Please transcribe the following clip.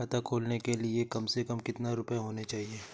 खाता खोलने के लिए कम से कम कितना रूपए होने चाहिए?